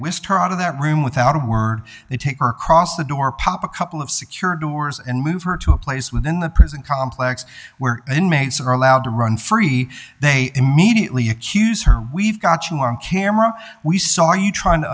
of that room without a word they take her cross the door pop a couple of secure doors and move her to a place within the prison complex where inmates are allowed to run free they immediately accuse her we've got you on camera we saw you trying to